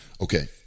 okay